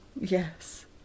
Yes